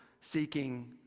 seeking